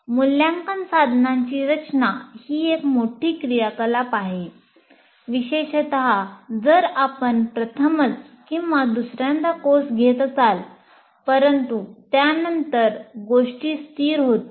मूल्यांकन साधनांची रचना ही एक मोठी क्रियाकलाप आहे विशेषत जर आपण प्रथमच किंवा दुसऱ्यांदा कोर्स घेत असाल परंतु त्यानंतर गोष्टी स्थिर होतील